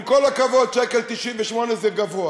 עם כל הכבוד, 1.98 שקל זה גבוה.